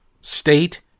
state